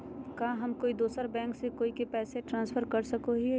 का हम कोई दूसर बैंक से कोई के पैसे ट्रांसफर कर सको हियै?